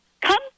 Come